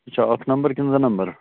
یہِ چھا اَکھ نَمبَر کِنہٕ زٕ نَمبَر